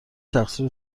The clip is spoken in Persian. تقصیر